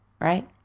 right